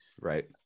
right